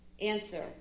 Answer